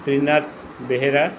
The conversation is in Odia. ତ୍ରିନାଥ ବେହେରା